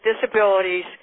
disabilities